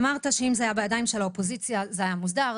אמרת שאם זה היה בידיים של האופוזיציה זה היה מוסדר.